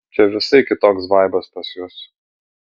čia visai kitoks vaibas pas jus